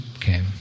came